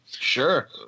Sure